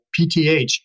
PTH